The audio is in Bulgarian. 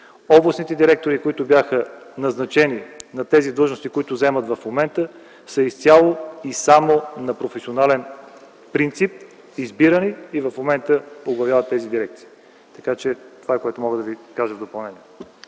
Областните директори, които бяха назначени на тези длъжности, които заемат сега, са избирани изцяло и само на професионален принцип и в момента оглавяват тези дирекции. Това е, което мога да Ви кажа в допълнение.